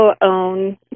own